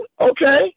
Okay